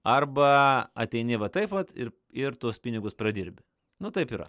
arba ateini va taip vat ir ir tuos pinigus pradirbi nu taip yra